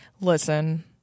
Listen